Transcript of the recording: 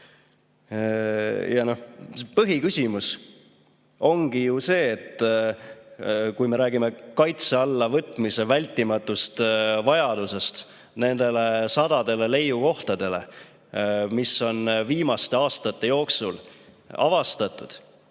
jäänud. Põhiküsimus ongi ju see, et kui me räägime kaitse alla võtmise vältimatust vajadusest nende sadade leiukohtade puhul, mis on viimaste aastate jooksul avastatud,